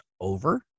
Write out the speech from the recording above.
over